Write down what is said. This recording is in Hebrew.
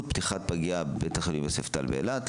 פתיחת פגייה בבית החולים יוספטל באילת.